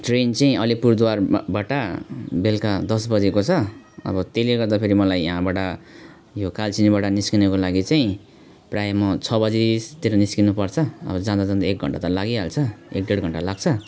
train चाहिँ अलिपुरद्वारबाट बेलुका दस बजीको छ अब त्यसले गर्दाखेरि मलाई यहाँबाट यो कालचिनीबाट निस्किनको लागि चाहिँ प्रायः म छ बजीतिर निस्किनुपर्छ अब जाँदाजाँदै एक घन्टा त लागिहाल्छ एक डेढ घन्टा लाग्छ